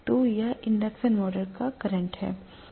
तो यह induction motor का करंट है